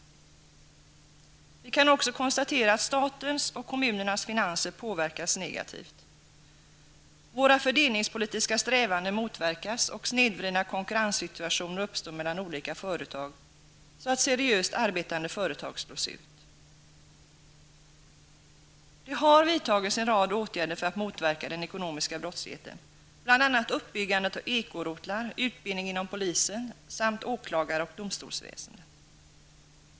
Vi kan också konstatera att statens och kommunernas finanser påverkas negativt. Våra fördelningspolitiska strävanden motverkas, och snedvridna konkurrenssituationer uppstår mellan olika företag, så att seriöst arbetande företag slås ut. Det har vidtagits en rad åtgärder för att motverka den ekonomiska brottsligheten, bl.a. uppbyggandet av ekorotlar, utbildning inom polisen samt åklagar och domstolsväsendet.